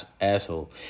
asshole